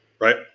Right